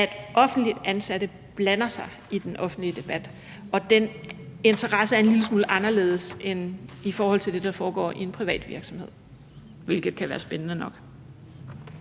at offentligt ansatte blander sig i den offentlige debat, og er det ikke rigtigt, at den interesse er en lille smule anderledes i forhold til det, der foregår i en privat virksomhed – hvilket kan være spændende nok?